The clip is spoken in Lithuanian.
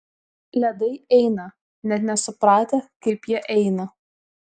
ledai eina net nesupratę kaip jie eina